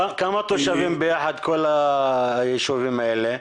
כמה תושבים ביחד בכל היישובים האלה?